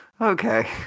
Okay